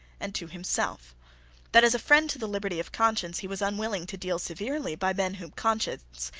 and to himself that, as a friend to the liberty of conscience, he was unwilling to deal severely by men whom conscience,